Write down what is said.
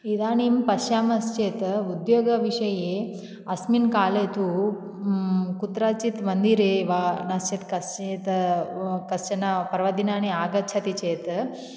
इदानीं पश्यामश्चेत् उद्योगविषये अस्मिन् काले तु कुत्रचित् मन्दिरे वा नश्चेत् कश्चित् वा कश्चन पर्वदिनानि आगच्छति चेत्